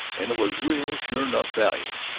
and it was real sure-'nough value.